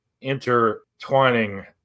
intertwining